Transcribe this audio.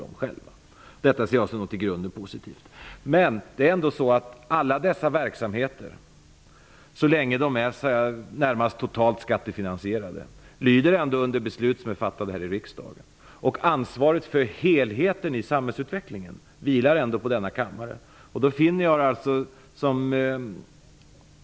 Det ser jag som något i grunden positivt. Men alla dessa verksamheter, så länge de är nästan totalt skattefinansierade, lyder ändå under beslut som är fattade i riksdagen. Ansvaret för helheten i samhällsutvecklingen vilar ändå på denna kammare.